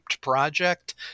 project